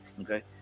Okay